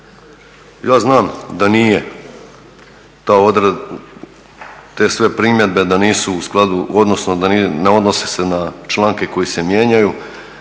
Ja znam da nije, te sve primjedbe da nisu u skladu, odnosno da ne odnose se na članke koji se mijenjaju.